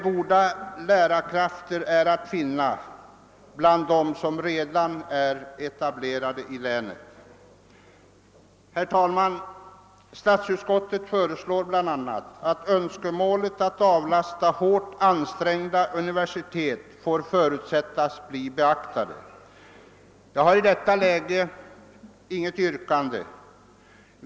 Goda lärarkrafter skulle också kunna stå till förfogande bland personer som redan är verksamma i länet inom respektive områden. Herr talman! Statsutskottet uttalar bl.a. att önskemålet att avlasta nuvarande hårt ansträngda universitet får förutsättas bli beaktat i framtiden. Jag har i detta läge inget yrkande.